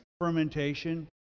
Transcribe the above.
fermentation